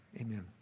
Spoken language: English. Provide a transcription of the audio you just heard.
amen